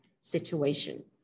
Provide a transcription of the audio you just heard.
situation